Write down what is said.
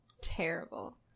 terrible